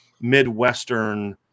Midwestern